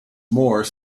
more